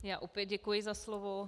Já opět děkuji za slovo.